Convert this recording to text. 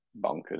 bonkers